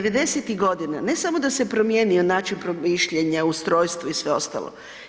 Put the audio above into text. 90-ih godina ne samo da se promijenio način promišljanja, ustrojstvo i sve ostalo.